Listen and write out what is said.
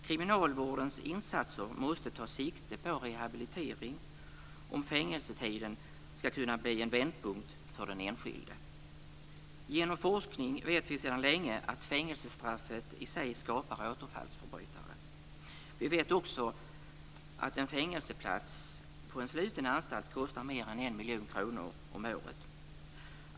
Kriminalvårdens insatser måste ta sikte på rehabilitering för att fängelsetiden ska kunna bli en vändpunkt för den enskilde. Genom forskning vet vi sedan länge att fängelsestraffet i sig skapar återfallsförbrytare. Vi vet också att en fängelseplats på en sluten anstalt kostar mer än 1 miljon kronor om året.